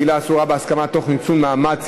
בהסכמה תוך ניצול מעמד),